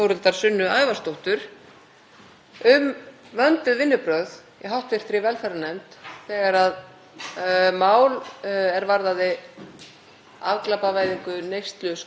afglæpavæðingu neysluskammta var til meðferðar. Við fengum inn urmul gesta, tókum vandlega yfirferð yfir umsagnir, löguðum það sem þurfti að laga.